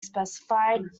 specified